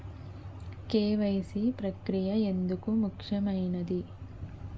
KYC ప్రక్రియ ఎందుకు ముఖ్యమైనది?